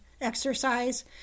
exercise